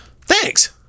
Thanks